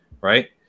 right